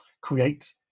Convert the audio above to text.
create